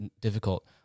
difficult